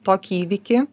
tokį įvykį